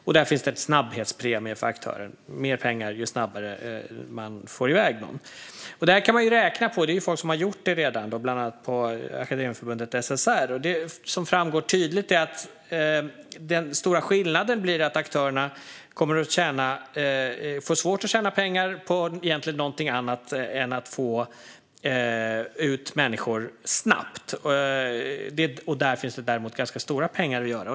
Det finns också en snabbhetspremie för aktörerna - det blir mer pengar ju snabbare de får iväg personer. Det här kan man ju räkna på. Det finns också redan folk som har gjort det, bland annat på Akademikerförbundet SSR. Det som framgår tydligt är att den stora skillnaden blir att aktörerna kommer att få svårt att tjäna pengar på någonting annat än att få ut människor snabbt. Där finns det däremot ganska stora pengar att göra.